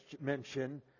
mention